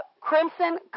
crimson